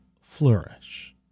flourish